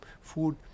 food